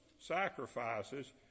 sacrifices